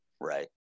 Right